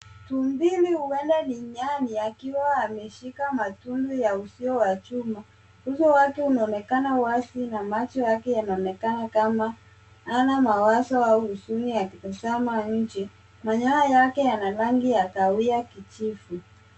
Tumbiri huenda ni nyani akiwa ameshika matundu ya uzio wa nyuma ,Uso wake unaonekana wazi na macho yake yanaonekana kama hana mawazo au uzuni akitazama nje. Manyoya yake yana rangi ya kahawia kijivu.